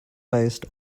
based